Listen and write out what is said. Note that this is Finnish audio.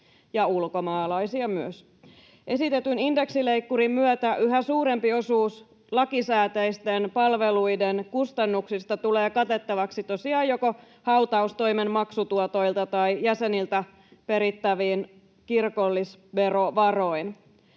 ja ulkomaalaisia myös. Esitetyn indeksileikkurin myötä yhä suurempi osuus lakisääteisten palveluiden kustannuksista tulee katettavaksi tosiaan joko hautaustoimen maksutuotoilla tai jäseniltä perittävin kirkollisverovaroin.